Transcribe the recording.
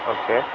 okay